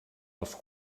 els